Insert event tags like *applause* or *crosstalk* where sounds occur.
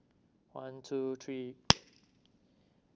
one two three *noise*